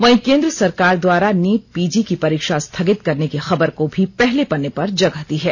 वहीं केन्द्र सरकार द्वारा नीट पीजी की परीक्षा स्थगित करने की खबर को भी पहले पन्ने पर जगह दी है